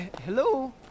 Hello